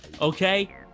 Okay